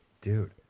Dude